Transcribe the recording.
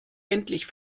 endlich